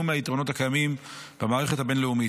מהיתרונות הקיימים במערכת הבין-לאומית.